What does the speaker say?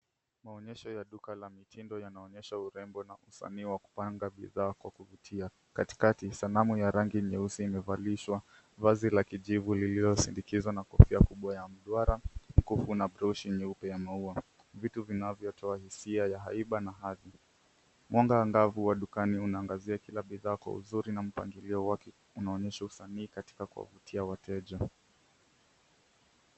Maonyesho ya duka la mitindo yanaonyesha urembo na usanii wa kupanga bidhaa kwa kuvutia. Katikati, sanamu ya rangi nyeusi imevalishwa vazi la kijivu lililosindikizwa na kofia kubwa ya mduara, mkufu na pochi nyeupe ya maua. Vitu vinavyotoa hisia ya haiba na hadhi. Mwangavu wa dukani unaangazia kila bidhaa zako kwa uzuri na mpangilio wake, unaonyesha usanii katika kuwavutia wateja.